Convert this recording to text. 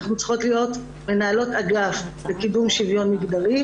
אנחנו צריכות להיות מנהלות אגף לקידום שוויון מגדרי,